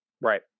Right